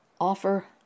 offer